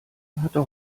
hatte